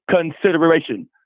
consideration